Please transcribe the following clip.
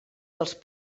dels